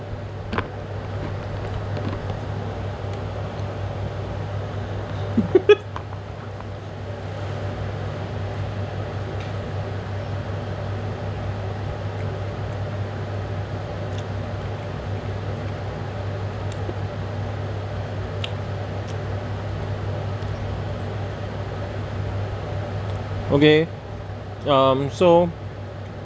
okay um so